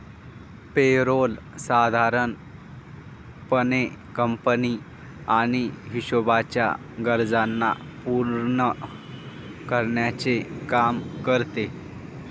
पे role साधारण पणे company आणि हिशोबाच्या गरजांना पूर्ण करण्याचे काम करते